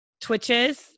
twitches